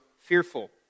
fearful